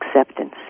acceptance